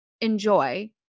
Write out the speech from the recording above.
enjoy